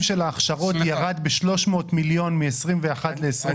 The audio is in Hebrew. של ההכשרות ירד ב-300 מיליון מ-2021 ל-2022?